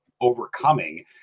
overcoming